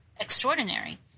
extraordinary